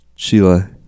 Sheila